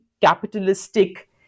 capitalistic